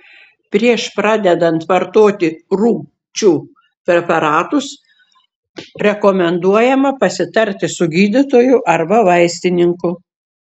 prieš pradedant vartoti rūgčių preparatus rekomenduojama pasitarti su gydytoju arba vaistininku